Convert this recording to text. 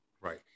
Right